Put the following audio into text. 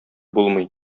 булмый